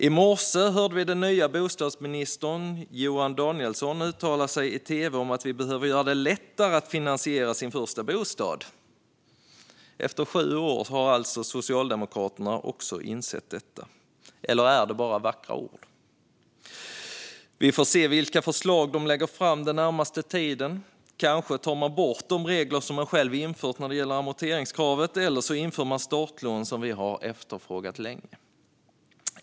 I morse hörde vi den nya bostadsministern Johan Danielsson uttala sig i tv om att vi behöver göra det lättare för människor att finansiera sin första bostad. Efter sju år har alltså även Socialdemokraterna insett detta. Eller är det bara vackra ord? Vi får se vilka förslag man lägger fram den närmaste tiden. Kanske tar man bort de regler som man själv infört när det gäller amorteringskravet. Kanske inför man startlån, som vi har efterfrågat länge.